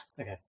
Okay